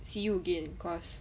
see you again cause